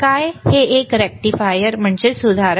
हे एक रेक्टिफायर सुधारक आहे